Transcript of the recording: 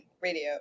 radio